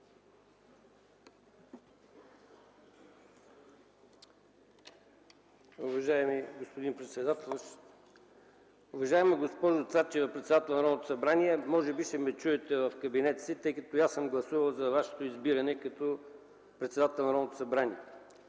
Уважаеми господин председателстващ! Уважаема госпожо Цачева – председател на Народното събрание, може би ще ме чуете в кабинета си, тъй като и аз съм гласувал за Вашето избиране за председател на Народното събрание.